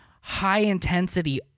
high-intensity